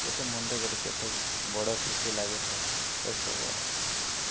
କେତେ ମନରେେ ଗୋଟେ କେତେ ବଡ଼ ଖୁସି ଲାଗୁଥାଏ ଏସବୁ ଆଉ